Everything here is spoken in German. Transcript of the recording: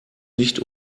nicht